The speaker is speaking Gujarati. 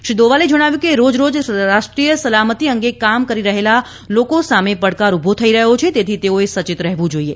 શ્રી દોવલે જણાવ્યું કે રોજેરોજ રાષ્ટ્રીય સલામતી અંગે કામ કરી રહેલા લોકો સામે પડકાર ઉભો થઈ રહ્યો છે તેથી તેઓએ સચેત રહેવું જરૂરી છે